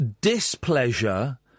displeasure